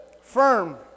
firm